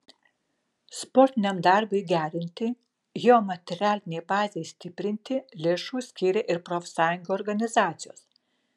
sportiniam darbui gerinti jo materialinei bazei stiprinti lėšų skyrė ir profsąjungų organizacijos